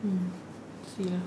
mm see ah